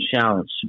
challenge